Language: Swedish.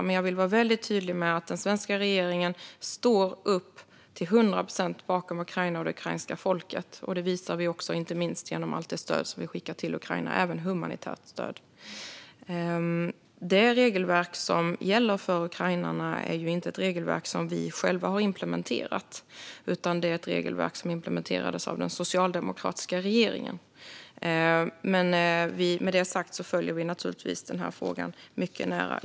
Jag vill dock vara väldigt tydlig med att den svenska regeringen till hundra procent står bakom Ukraina och det ukrainska folket. Det visar vi också, inte minst genom allt det stöd vi skickar till Ukraina - även humanitärt stöd. Det regelverk som gäller för ukrainarna är inte ett regelverk som vi själva har implementerat. Det implementerades av den socialdemokratiska regeringen. Men med det sagt följer vi naturligtvis frågan mycket nära.